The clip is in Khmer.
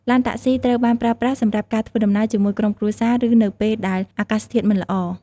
ឡានតាក់ស៊ីត្រូវបានប្រើប្រាស់សម្រាប់ការធ្វើដំណើរជាមួយក្រុមគ្រួសារឬនៅពេលដែលអាកាសធាតុមិនល្អ។